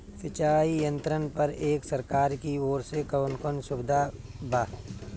सिंचाई यंत्रन पर एक सरकार की ओर से कवन कवन सुविधा बा?